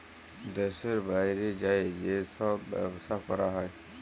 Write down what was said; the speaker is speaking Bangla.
দ্যাশের বাইরে যাঁয়ে যে ছব ব্যবছা ক্যরা হ্যয়